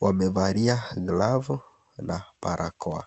Wamevalia glovu na barakoa.